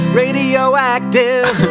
radioactive